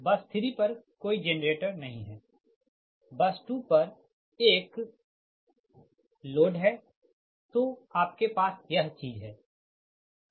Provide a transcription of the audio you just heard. बस 3 पर कोई जेनरेटर नहीं है बस 2 पर एक लोड है तोआपके पास यह चीज है